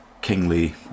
kingly